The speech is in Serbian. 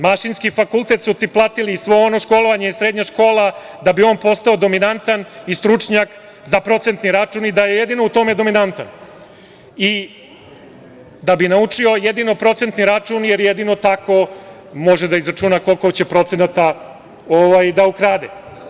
Mašinski fakultet su ti platili i svo ono školovanje, srednja škola, da bi on postao dominantan i stručnjak za procentni račun i da je jedino u tome dominantan i da bi naučio jedino procentni račun, jer jedino tako može da izračuna koliko će procenata da ukrade.